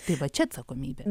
tai va čia atsakomybė